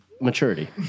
maturity